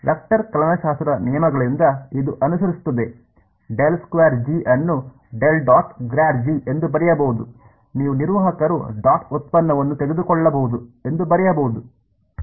vector ಕಲನಶಾಸ್ತ್ರದ ನಿಯಮಗಳಿಂದ ಇದು ಅನುಸರಿಸುತ್ತದೆ ಅನ್ನು ಎಂದು ಬರೆಯಬಹುದು ನೀವು ನಿರ್ವಾಹಕರು ಡಾಟ್ ಉತ್ಪನ್ನವನ್ನು ತೆಗೆದುಕೊಳ್ಳಬಹುದು ಎಂದು ಬರೆಯಬಹುದು